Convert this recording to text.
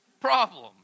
problem